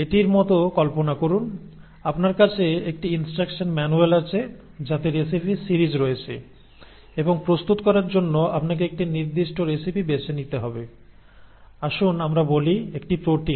এটির মতো কল্পনা করুন আপনার কাছে একটি ইন্সট্রাকশন ম্যানুয়াল আছে যাতে রেসিপির সিরিজ রয়েছে এবং প্রস্তুত করার জন্য আপনাকে একটি নির্দিষ্ট রেসিপি বেছে নিতে হবে আসুন আমরা বলি একটি প্রোটিন